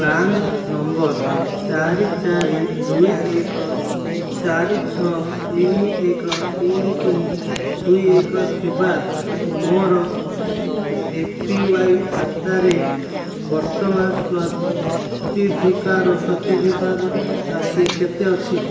PRAN number ଚାରି ଚାରି ଦୁଇ ଏକ ଚାରି ଛଅ ତିନି ଏକ ତିନି ତିନି ଦୁଇ ଏକ ଥିବା ମୋର ଏ ପି ୱାଇ ଖାତାରେ ବର୍ତ୍ତମାନ ସ୍ୱତ୍ୱାଧିକାର ରାଶି କେତେ ଅଛି